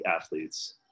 athletes